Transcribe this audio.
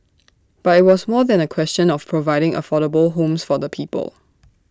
but IT was more than A question of providing affordable homes for the people